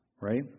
right